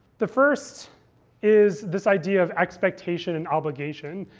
the first is this idea of expectation and obligation.